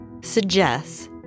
suggests